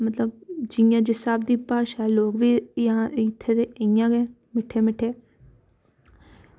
मतलब जि'यां जिस स्हाब दी भाशा लोक बी इ'यां गै इत्थै दे मिट्ठे मिट्ठे